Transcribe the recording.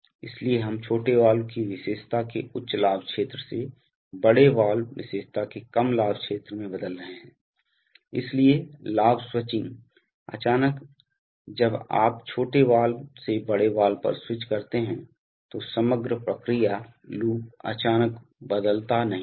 इसलिए हम छोटे वाल्व की विशेषता के उच्च लाभ क्षेत्र से बड़े वाल्व विशेषता के कम लाभ क्षेत्र में बदल रहे हैं इसलिए लाभ स्विचिंग अचानक जब आप छोटे वाल्व से बड़े वाल्व पर स्विच करते हैं तो समग्र प्रक्रिया लूप लाभ अचानक नहीं बदलता है